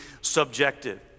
subjective